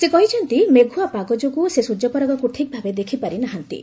ସେହ କହିଛନ୍ତି ମେଘୁଅ ପାଗ ଯୋଗୁଁ ସେ ସୂର୍ଯ୍ୟପରାଗକୁ ଠିକ୍ଭାବେ ଦେଖିପାରିନାହାନ୍ତି